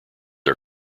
are